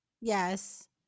Yes